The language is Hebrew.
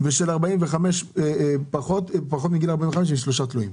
ושל פחות מגיל 45 ושלושה תלויים,